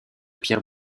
pierre